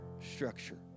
structure